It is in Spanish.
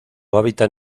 hábitat